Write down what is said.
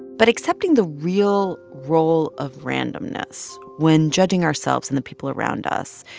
but accepting the real role of randomness, when judging ourselves and the people around us,